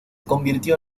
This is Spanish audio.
convirtió